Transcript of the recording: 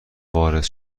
وارد